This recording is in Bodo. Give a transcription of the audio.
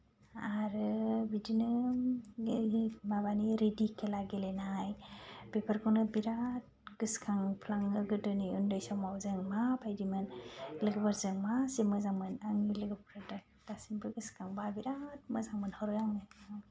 आरो बिदिनो गेले माबानि रेदि खेला गेलेनाय बेफोरखौनो बिराद गोसोखांफ्लाङो गोदोनि ओन्दै समाव जों माबायदिमोन लोगोफोरजों मा इसे मोजां मोन आंनि लोगोफोरदो दासिमबो गोसोखांबा बिराद मोजां मोनहरो आङो